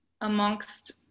amongst